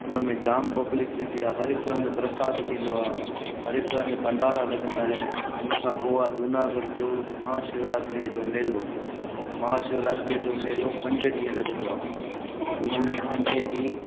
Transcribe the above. उनमें जाम पब्लिक ईंदी आहे हर हिकु हंधि प्रसाद थींदो आहे हर हिकु हंधि भंडारा लॻंदा आहिनि इन खां पोइ आहे जूनागढ़ जो महा शिवरात्रिअ जो मेलो महा शिवरात्रिअ जो मेलो पंज ॾींहं लॻंदो आहे उनमें पंजे ॾींहुं